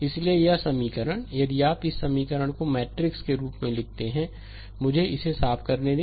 इसलिए यह समीकरण यदि आप इस समीकरण को मैट्रिक्स के रूप में रखते हैं तो मुझे इसे साफ करने दें